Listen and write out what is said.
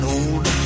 old